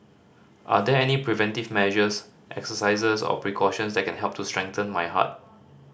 are there any preventive measures exercises or precautions that can help to strengthen my heart